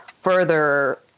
further